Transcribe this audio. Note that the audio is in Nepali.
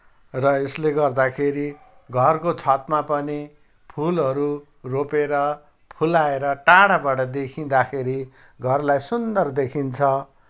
र यसले गर्दाखेरि घरको छतमा पनि फुलहरू रोपेर फुलाएर टाढाबाट देखिँदाखेरि घरलाई सुन्दर देखिन्छ